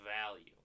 value